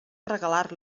regalar